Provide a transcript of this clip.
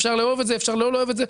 אפשר לאהוב את זה, לא לאהוב את זה.